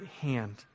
hand